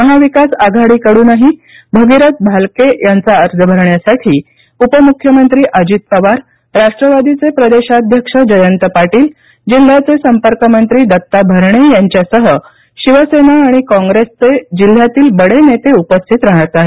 महाविकास आघाडीकडूनही भगीरथ भालके यांचा अर्ज भरण्यासाठी उपमुख्यमंत्री अजित पवार राष्ट्रवादीचे प्रदेशाध्यक्ष जयंत पाटील जिल्ह्याचे संपर्कमंत्री दत्ता भरणे यांच्यासह शिवसेना आणि काँग्रेसचे जिल्ह्यातील बडे नेते उपस्थित राहात आहेत